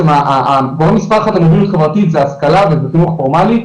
שהגורם מספר אחד למוביליות חברתית זה השכלה וזה חינוך פורמאלי,